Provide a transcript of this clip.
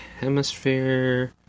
Hemisphere